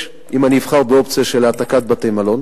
אם אני אבחר באופציה של העתקת בתי-מלון,